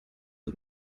und